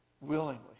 willingly